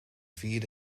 vierde